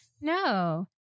no